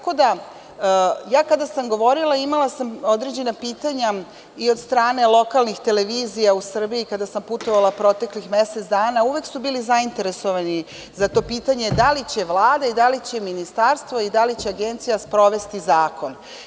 Kada sam govorila imala sam određena pitanja i od strane lokalnih televizija u Srbiji kada sam putovala proteklih mesec dana, uvek su bili zainteresovani za to pitanje da li će Vlada i da li će ministarstvo i da li će Agencija sprovesti zakon?